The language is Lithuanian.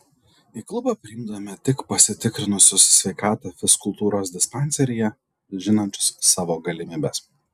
į klubą priimdavome tik pasitikrinusius sveikatą fizkultūros dispanseryje žinančius savo galimybes